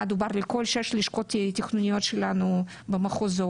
דובר לכל שש לשכות התכנוניות שלנו במחוזות.